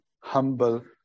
humble